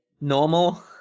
normal